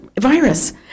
virus